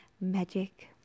magic